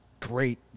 great